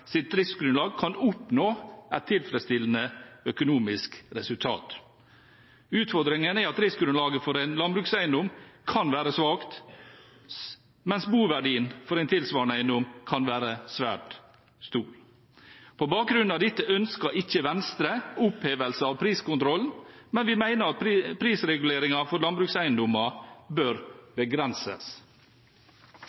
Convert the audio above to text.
driftsgrunnlag kan oppnå et tilfredsstillende økonomisk resultat. Utfordringen er at driftsgrunnlaget for en landbrukseiendom kan være svakt, mens boverdien for en tilsvarende eiendom kan være svært stor. På bakgrunn av dette ønsker ikke Venstre opphevelse av priskontrollen, men vi mener at prisreguleringen for landbrukseiendommer bør